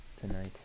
tonight